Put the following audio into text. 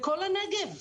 לכל הנגב.